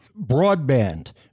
broadband